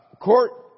court